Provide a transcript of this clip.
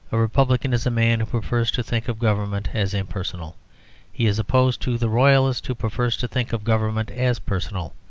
a republican is a man who prefers to think of government as impersonal he is opposed to the royalist, who prefers to think of government as personal.